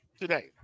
today